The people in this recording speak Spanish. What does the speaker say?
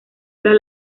tras